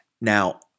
Now